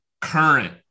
current